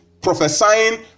prophesying